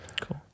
Cool